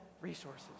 resources